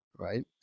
Right